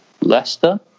Leicester